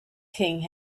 king